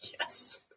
Yes